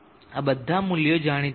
આ બધા મૂલ્યો જાણીતા છે